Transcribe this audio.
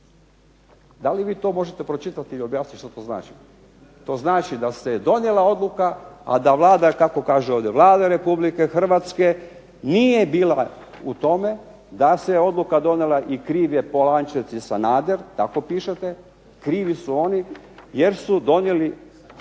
Da li vi to možete pročitati i objasniti što to znači? To znači da se je donijela odluka, a da Vlada, kako kaže ovdje "Vlada Republike Hrvatske nije bila u tome da se odluka donijela i kriv je Polančec i Sanader", tako pišete, "krivi su oni jer su donijeli